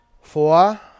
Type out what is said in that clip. Four